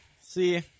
See